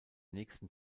nächsten